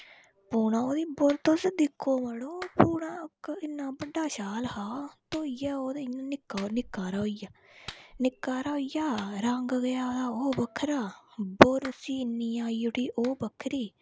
पूना ओह्दी बुर तुस दिक्खो मड़ो ओह् पूरा इक इन्ना बड्डा शाल हा धोइयै ओह् निक्का हारा होइया निक्का हारा होइया रंग गेआ ओह्दा ओह् बक्खरा बुर उसी इन्नी आई उठी ओह् बक्खरी